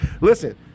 Listen